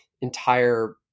entire